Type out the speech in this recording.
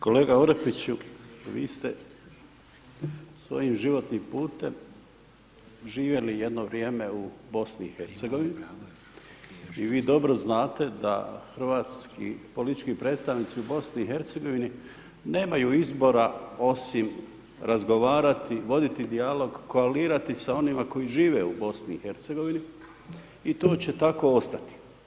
Kolega Orepiću, vi ste svojim životnim putem živjeli jedno vrijeme u BiH i vi dobro znate da hrvatski politički predstavnici u BiH nemaju izbora osim razgovarati, voditi dijalog, koalirati sa onima koji žive u BiH i to će tako ostati.